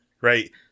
right